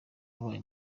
wabaye